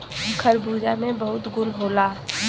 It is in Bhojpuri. खरबूजा में बहुत गुन होला